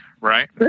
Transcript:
right